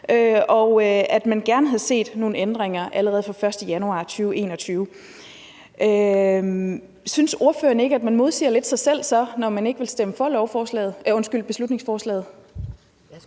og at man gerne havde set nogle ændringer allerede fra 1. januar 2021. Synes ordføreren ikke, at man så modsiger sig selv lidt, når man ikke vil stemme for beslutningsforslaget?